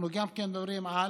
אנחנו גם כן מדברים על